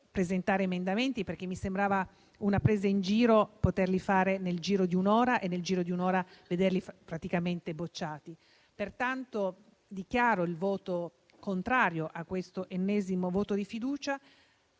presentare emendamenti, perché mi sembrava una presa in giro doverli fare nel giro di un'ora e in altrettanto tempo vederli praticamente bocciati. Pertanto, dichiaro il voto contrario a questo ennesimo voto di fiducia,